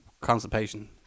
constipation